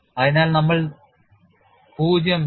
അതിനാൽ നമ്മൾ 0